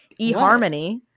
eHarmony